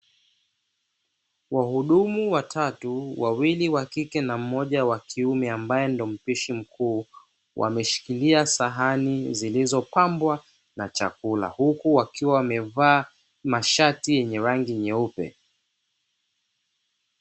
Wahudumu watatu, wawili wa kike na mmoja wa kiume ambaye ndo mpishi mkuu, wameshikilia sahani zilizopambwa na chakula huku wakiwa wamevaa mashati yenye rangi nyeupe.